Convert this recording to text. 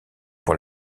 pour